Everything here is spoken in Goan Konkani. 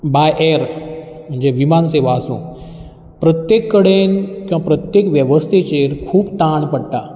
बाय एअर म्हणजे विमान सेवा आसूं प्रत्येक कडेन किंवा प्रत्येक वेवस्थेचेर खूब ताण पडटा